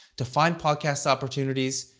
to find podcast opportunities,